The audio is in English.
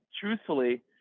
truthfully